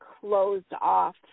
closed-off